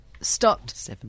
stopped